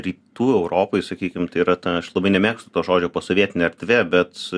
rytų europoj sakykim tai yra ta aš labai nemėgstu to žodžio posovietinė erdvė bet